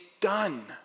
done